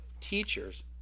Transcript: teachers